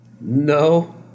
No